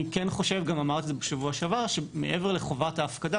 אני כן חושב שמעבר לחובת ההפקדה,